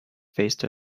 faced